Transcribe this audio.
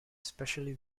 specially